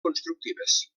constructives